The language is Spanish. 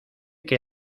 que